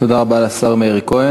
תודה רבה, תודה רבה לשר מאיר כהן.